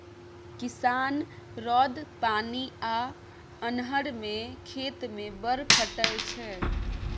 किसान रौद, पानि आ अन्हर मे खेत मे बड़ खटय छै